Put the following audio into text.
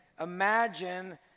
imagine